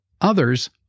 Others